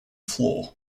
floor